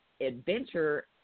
adventure